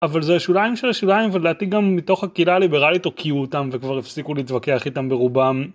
אבל זה השוליים של השוליים ולדעתי גם מתוך הקהילה הליברלית הוקיעו אותם וכבר הפסיקו להתווכח איתם ברובם.